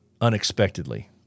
unexpectedly